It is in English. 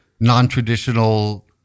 non-traditional